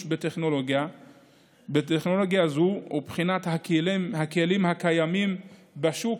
בטכנולוגיה זו ובחינת הכלים הקיימים בשוק,